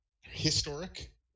historic